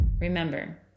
Remember